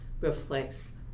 reflects